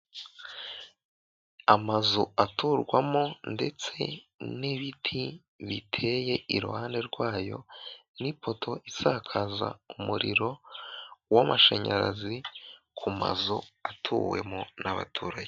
Amazu aturwamo ndetse n'ibiti biteye iruhande rwayo n'ipoto isakaza umuriro w'amashanyarazi ku mazu atuwemo n'abaturage.